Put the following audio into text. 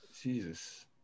Jesus